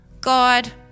God